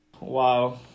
Wow